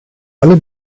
alle